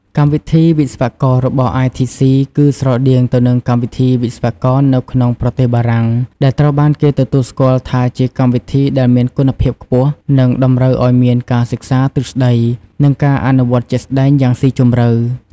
កម្មវិធីវិស្វកររបស់ ITC គឺស្រដៀងទៅនឹងកម្មវិធីវិស្វករនៅក្នុងប្រទេសបារាំង ដែលត្រូវបានគេទទួលស្គាល់ថាជាកម្មវិធីដែលមានគុណភាពខ្ពស់ និងតម្រូវឱ្យមានការសិក្សាទ្រឹស្តី និងការអនុវត្តជាក់ស្តែងយ៉ាងស៊ីជម្រៅ។